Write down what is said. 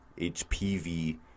HPV